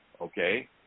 okay